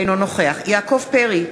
אינו נוכח יעקב פרי,